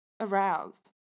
aroused